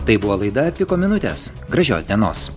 tai buvo laida piko minutės gražios dienos